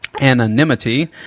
anonymity